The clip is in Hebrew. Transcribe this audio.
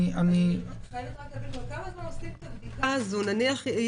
כל כמה זמן עושים את הבדיקה הזאת?